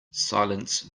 silence